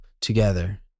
together